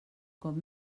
com